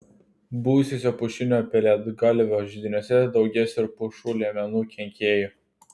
buvusiuose pušinio pelėdgalvio židiniuose daugės ir pušų liemenų kenkėjų